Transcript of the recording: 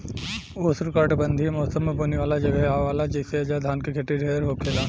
उष्णकटिबंधीय मौसम में बुनी वाला जगहे आवेला जइसे ऐजा धान के खेती ढेर होखेला